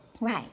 Right